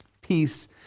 Peace